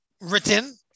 written